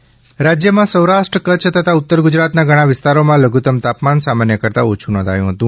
હવા માન રાજ્યમાં સૌરાષ્ટ્ર કચ્છ તથા ઉત્તર ગુજરાતના ઘણાં વિસ્તારોમાં લધુત્તમ તાપમાન સામાન્ય કરતા ઓછું નોંધાયું હતું